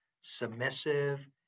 submissive